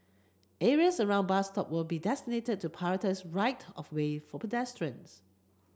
areas around bus stop will be designated to prioritise right of way for pedestrians